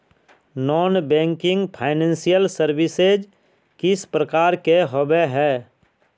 Non banking financial services किस प्रकार के होबे है?